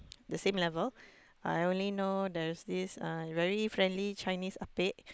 the same level I only there's this uh very friendly Chinese ah-pek